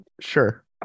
Sure